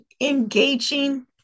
engaging